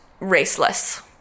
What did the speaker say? raceless